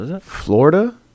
Florida